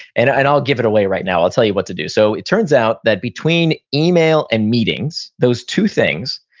and and i'll give it away right now, i'll tell you what to do. so it turns out that between email and meetings, those two things,